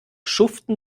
schuften